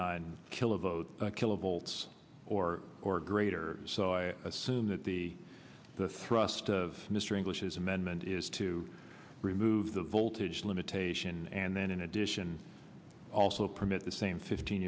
nine killa vote kilovolts or or greater so i assume that the the thrust of mr english is amendment is to remove the voltage limitation and then in addition also permit the same fifteen